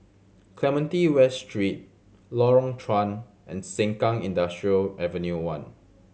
Clementi West Street Lorong Chuan and Sengkang Industrial Avenue One